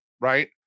right